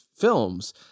films